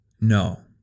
No